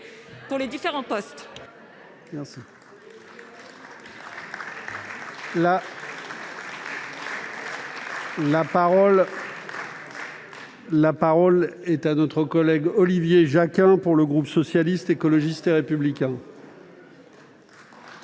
pour les différents postes